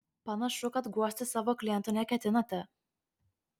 panašu kad guosti savo klientų neketinate